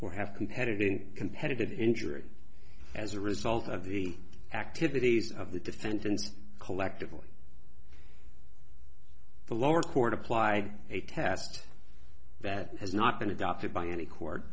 or have competitive competitive injury as a result of the activities of the defendants collectively the lower court applied a test that has not been adopted by any court